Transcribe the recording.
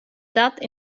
dat